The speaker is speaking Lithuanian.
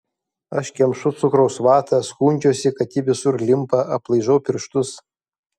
aš kemšu cukraus vatą skundžiuosi kad ji visur limpa aplaižau pirštus